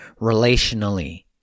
relationally